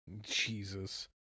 Jesus